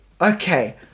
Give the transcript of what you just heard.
Okay